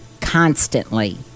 constantly